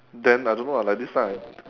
then I don't know ah like this one